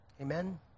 Amen